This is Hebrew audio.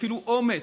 אפילו אומ"ץ,